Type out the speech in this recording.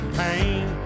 pain